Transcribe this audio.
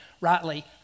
rightly